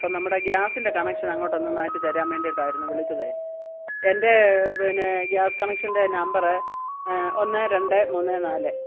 അപ്പം നമ്മുടെ ഗ്യാസിന്റെ കണക്ഷനങ്ങോട്ടൊന്ന് മാറ്റിത്തരാൻ വേണ്ടിയിട്ടായിരുന്നു വിളിച്ചതേ എന്റെ പിന്നെ ഗ്യാസ് കണക്ഷന്റെ നമ്പറ് ഒന്ന് രണ്ട് മൂന്ന് നാല്